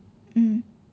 mm